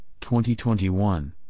2021